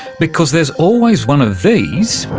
because there's always one of these